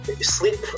sleep